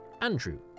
Andrew